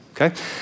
okay